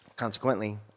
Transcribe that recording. Consequently